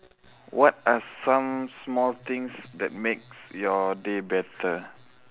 what are some small things that makes your day better